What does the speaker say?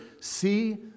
See